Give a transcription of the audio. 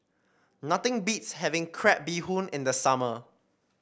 nothing beats having Crab Bee Hoon in the summer